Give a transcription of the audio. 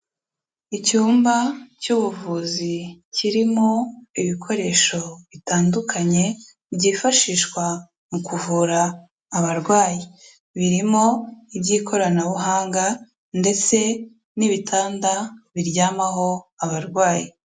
Icyumba cy'ubuvuzi kirimo ibikoresho bitandukanye byifashishwa mu kuvura abarwayi birimo iby'ikoranabuhanga ndetse n'ibitanda biryamaho abarwayi.